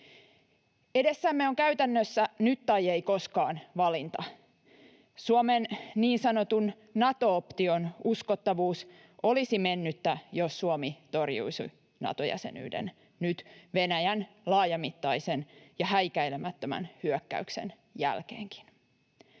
Edessämme on käytännössä nyt tai ei koskaan ‑valinta. Suomen niin sanotun Nato-op-tion uskottavuus olisi mennyttä, jos Suomi torjuisi Nato-jäsenyyden nyt Venäjän laajamittaisen ja häikäilemättömän hyökkäyksen jälkeenkin.